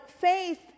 faith